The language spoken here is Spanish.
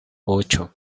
ocho